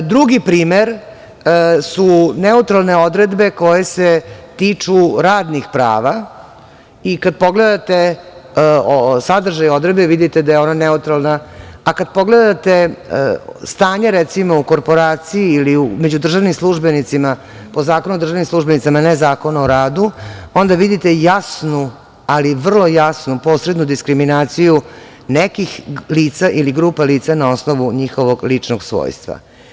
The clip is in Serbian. Drugi primer su neutralne odredbe koje se tiču radnih prava i kad pogledate sadržaj odredbe, vidite da je ona neutralna, a kad pogledate, recimo, stanje u korporaciji ili među državnim službenicima, po Zakonu o državnim službenicima, ne Zakonu o radu, onda vidite jasnu, ali vrlo jasnu posrednu diskriminaciju nekih lica ili grupa lica na osnovu njihovog ličnog svojstva.